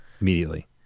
immediately